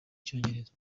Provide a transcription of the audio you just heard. icyongereza